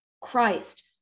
Christ